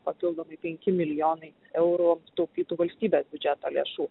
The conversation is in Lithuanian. papildomi penki milijonai eurų sutaupytų valstybės biudžeto lėšų